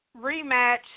rematch